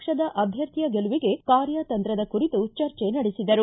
ಪಕ್ಷದ ಅಭ್ಯರ್ಥಿಯ ಗೆಲುವಿಗೆ ಕಾರ್ಯತಂತ್ರದ ಕುರಿತು ಚರ್ಚೆ ನಡೆಸಿದರು